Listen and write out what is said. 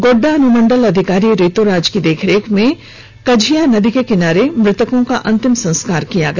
गोडडा अनुमंडल अधिकारी ऋतुराज की देख रेख में कझिया नदी के किनारे मृतकों का अंतिम संस्कार किया गया